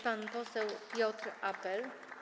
Pan poseł Piotr Apel.